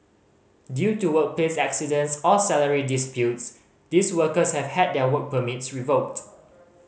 due to workplace accidents or salary disputes these workers have had their work permits revoked